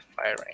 firing